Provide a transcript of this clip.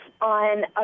on